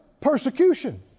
persecution